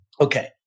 Okay